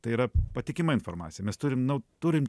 tai yra patikima informacija mes turim nau turim